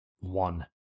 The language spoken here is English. one